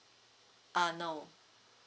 uh no